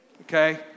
Okay